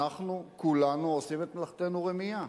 אנחנו כולנו עושים את מלאכתנו רמייה.